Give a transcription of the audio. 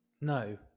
No